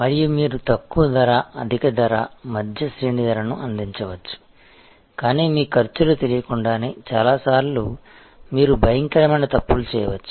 మరియు మీరు తక్కువ ధర అధిక ధర మధ్య శ్రేణి ధరను అందించవచ్చు కానీ మీ ఖర్చులు తెలియకుండానే చాలా సార్లు మీరు భయంకరమైన తప్పులు చేయవచ్చు